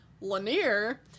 Lanier